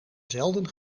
zelden